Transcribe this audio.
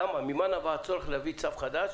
למה, ממה נבע הצורך להביא צו חדש